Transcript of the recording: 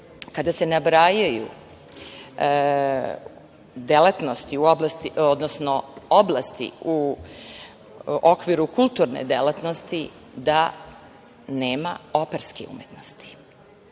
kada se nabrajaju oblasti u okviru kulturne delatnosti da nema operske umetnosti.